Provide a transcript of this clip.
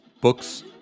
books